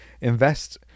invest